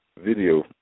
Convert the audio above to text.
video